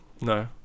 no